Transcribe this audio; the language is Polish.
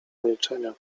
milczenia